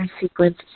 sequence